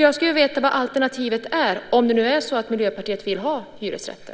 Jag skulle vilja veta vad alternativet är, om det nu är så att Miljöpartiet vill ha hyresrätter.